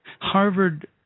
Harvard